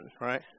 right